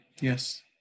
Yes